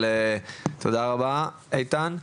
תודה רבה איתן.